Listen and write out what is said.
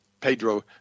Pedro